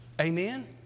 Amen